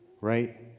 right